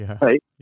right